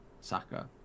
Saka